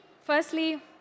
Firstly